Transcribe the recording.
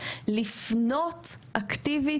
לפנות אקטיבית,